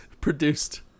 produced